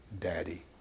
Daddy